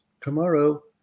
tomorrow